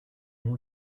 non